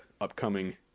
upcoming